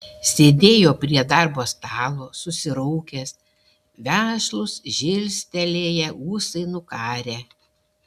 sėdėjo prie darbo stalo susiraukęs vešlūs žilstelėję ūsai nukarę